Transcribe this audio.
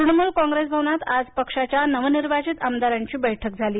तृणमूल कॉंग्रेस भवनात आज पक्षाच्या नवनिर्वाचित आमदारांची बैठक झाली